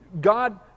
God